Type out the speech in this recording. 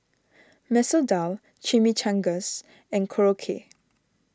Masoor Dal Chimichangas and Korokke